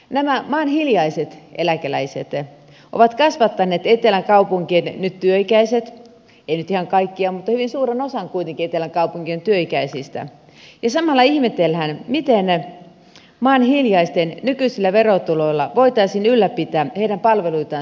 nämä maan hiljaiset eläkeläiset ovat kasvattaneet etelän kaupunkien nyt työikäiset ei nyt ihan kaikkia mutta hyvin suuren osan kuitenkin etelän kaupunkien työikäisistä ja samalla ihmetellään miten maan hiljaisten nykyisillä verotuloilla voitaisiin ylläpitää heidän palveluitaan syrjäseudulla